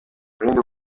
rulindo